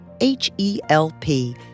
H-E-L-P